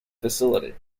facility